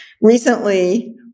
recently